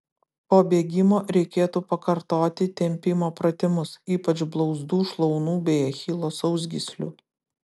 po bėgimo reikėtų pakartoti tempimo pratimus ypač blauzdų šlaunų bei achilo sausgyslių